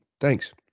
Thanks